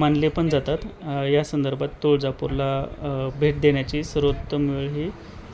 मानले पण जातात या संदर्भात तुळजापूरला भेट देण्याची सर्वोत्तम वेळही